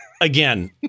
Again